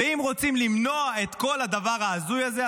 ואם רוצים למנוע את כל הדבר ההזוי הזה,